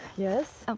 yes? um